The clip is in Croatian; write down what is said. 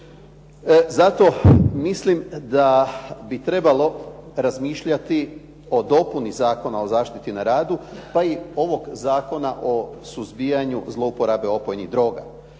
Zato mislim da bi trebalo razmišljati o dopuni Zakona o zaštiti na radu pa i ovog Zakona o suzbijanju zlouporabe opojnih droga.